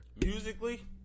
Musically